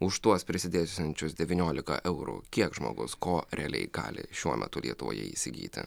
už tuos prisidėsiančius devyniolika eurų kiek žmogus ko realiai gali šiuo metu lietuvoje įsigyti